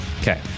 okay